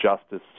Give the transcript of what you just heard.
justice